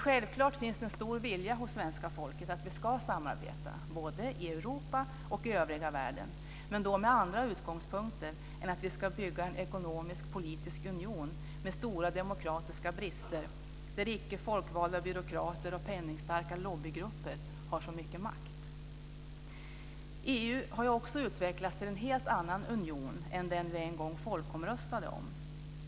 Självklart finns det en stor vilja hos svenska folket att samarbeta, både i Europa och i övriga världen, men med andra utgångspunkter än att vi ska bygga en ekonomisk, politisk union med stora demokratiska brister, där icke folkvalda byråkrater och penningstarka lobbygrupper har så mycket makt. EU har utvecklats till en helt annan union än den vi en gång folkomröstade om.